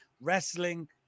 wrestling